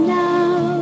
now